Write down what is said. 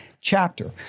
chapter